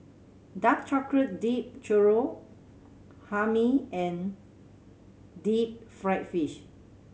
dark chocolate dipped churro Hae Mee and deep fried fish